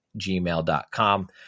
gmail.com